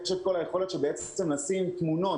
יש יכולת לשים תמונות,